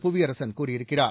புவியரசன் கூறியிருக்கிறார்